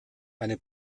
eine